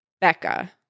Becca